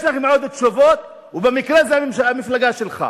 יש לכם עוד תשובות, ובמקרה, זו המפלגה שלך.